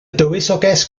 dywysoges